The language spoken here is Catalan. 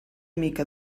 mica